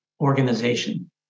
organization